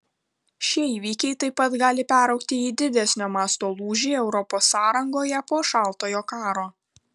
šie įvykiai taip pat gali peraugti į didesnio masto lūžį europos sąrangoje po šaltojo karo